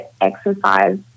exercise